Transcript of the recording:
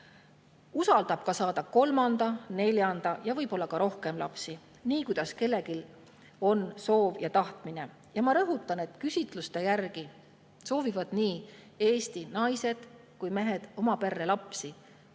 usaldab saada ka kolmanda, neljanda ja võib-olla rohkemgi lapsi. Nii kuidas kellelgi on soov ja tahtmine. Ja ma rõhutan, et küsitluste järgi soovivad nii Eesti naised kui ka mehed oma perre lapsi,